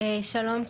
שלום,